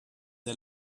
der